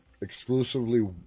exclusively